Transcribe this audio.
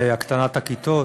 הקטנת הכיתות.